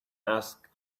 asked